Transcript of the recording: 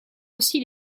aussi